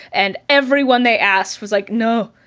and everyone they asked was like, no,